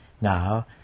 Now